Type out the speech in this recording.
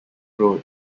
road